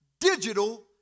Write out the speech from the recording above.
digital